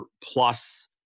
plus